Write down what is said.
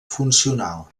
funcional